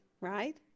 right